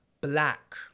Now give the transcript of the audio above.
black